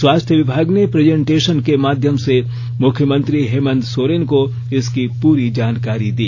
स्वास्थ्य विभाग ने प्रेजेंटेशन के माध्यम से मुख्यमंत्री हेमन्त सोरेन को इसकी पूरी जानकारी दी